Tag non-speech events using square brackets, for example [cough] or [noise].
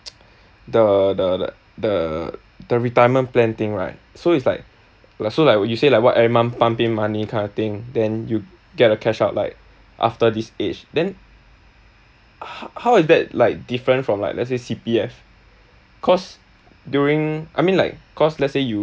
[noise] the the the the the retirement plan thing right so it's like so like you said like what every month pump in money kind of thing then you get a cash out like after this age then ho~ how is that like different from like let's say C_P_F cause during I mean like cause let's say you